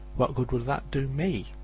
what good would that do me?